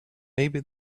maybe